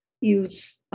use